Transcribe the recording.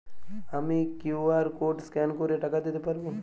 আমি QR code scan করে টাকা দিতে পারবো?